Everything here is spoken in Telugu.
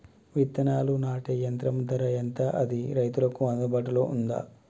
విత్తనాలు నాటే యంత్రం ధర ఎంత అది రైతులకు అందుబాటులో ఉందా?